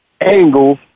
angle